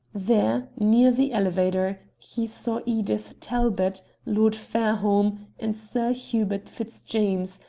there, near the elevator, he saw edith talbot, lord fairholme, and sir hubert fitzjames,